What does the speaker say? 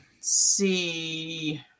See